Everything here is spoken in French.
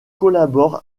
collabore